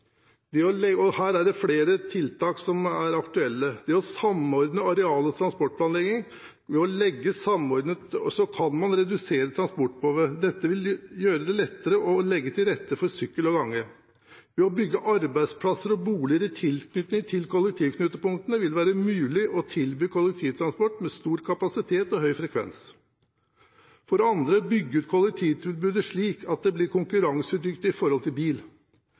Her er det flere tiltak som er aktuelle. Ved å samordne areal- og transportplanleggingen kan man redusere transportbehovet. Dette vil gjøre det lettere å legge til rette for sykkel og gange. Ved å bygge arbeidsplasser og boliger i tilknytning til kollektivknutepunktene vil det være mulig å tilby kollektivtransport med stor kapasitet og høy frekvens. For det andre kan man bygge ut kollektivtilbudet, slik at det blir konkurransedyktig i forhold til bil.